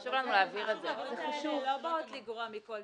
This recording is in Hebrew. אנחנו לא רואים הבדל בין